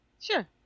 sure